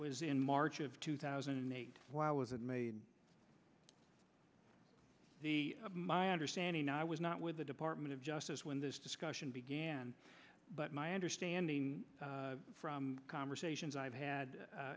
was in march of two thousand and eight why was it made my understanding i was not with the department of justice when this discussion began but my understanding from conversations i've had